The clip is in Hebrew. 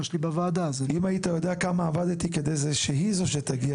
אם היית יודע כמה עבדתי כדי שהיא זו שתגיע